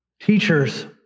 Teachers